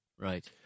Right